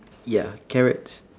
ya carrots